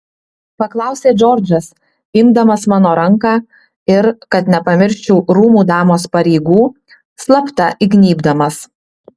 paklausė džordžas imdamas mano ranką ir kad nepamirščiau rūmų damos pareigų slapta įgnybdamas